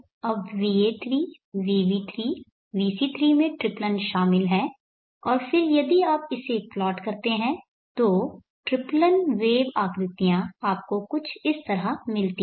तो अब va3 vb3 vc3 में ट्रिप्लन शामिल हैं और फिर यदि आप इसे प्लॉट करते हैं तो ट्रिप्लन वेव आकृतियाँ आपको कुछ इस तरह मिलती हैं